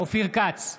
אופיר כץ,